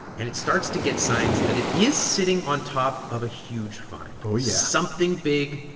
and it starts to get signs that it is sitting on top of a huge find. oh, yeah. something big.